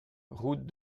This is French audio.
route